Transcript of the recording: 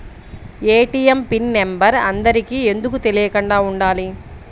ATM pin number అందరికి ఎందుకు తెలియకుండా ఉండాలి?